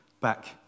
back